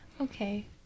Okay